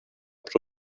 pro